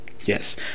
Yes